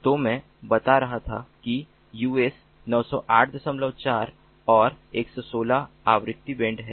तो मैं आपको बता रहा था कि US 9084 और 916 आवृत्ति बैंड हैं